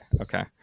Okay